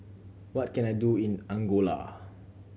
what can I do in Angola